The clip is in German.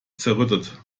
zerrüttet